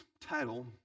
title